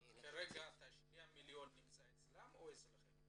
אבל כרגע שני המיליון נמצאים אצלם או אצלכם?